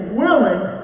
willing